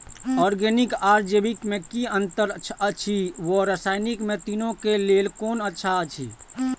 Organic आर जैविक में कि अंतर अछि व रसायनिक में तीनो क लेल कोन अच्छा अछि?